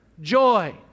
joy